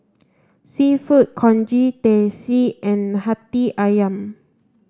Seafood Congee Teh C and Hati Ayam